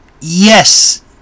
Yes